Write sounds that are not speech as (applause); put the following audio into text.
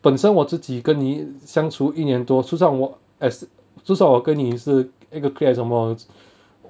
本身我自己跟你相处一年多就算我 as 就算我跟你是一个 clique 还是什么 (breath)